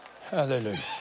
Hallelujah